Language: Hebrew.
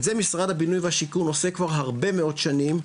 את זה משרד הבינוי והשיכון עושה כבר הרבה מאוד שנים,